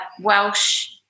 Welsh